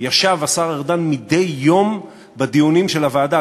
ישב השר ארדן מדי יום בדיונים של הוועדה.